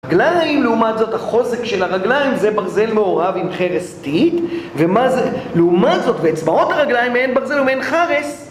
רגליים, לעומת זאת, החוזק של הרגליים, זה ברזל מעורב עם חרס טיט, ומה זה... לעומת זאת, באצבעות הרגליים אין ברזל ואין חרס!